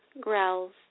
growls